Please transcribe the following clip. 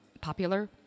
popular